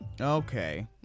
Okay